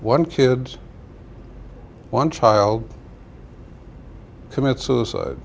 one kid's one child commits suicide